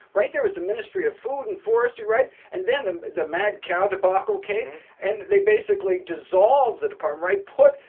right? there is the ministry of food and forestry, right? and then the the mad cow debacle came and they basically dissolved the department, right? put,